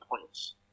points